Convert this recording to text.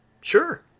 Sure